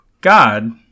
God